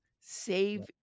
Save